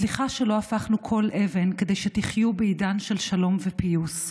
סליחה שלא הפכנו כל אבן כדי שתחיו בעידן של שלום ופיוס.